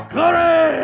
Glory